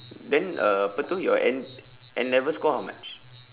then uh apa itu your N N-level score how much